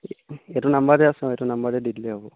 এইটো নাম্বাৰতে আছে অঁ এইটো নাম্বাৰতে দি দিলে হ'ব